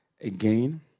again